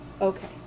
Okay